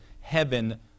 heaven